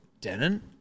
Denon